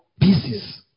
pieces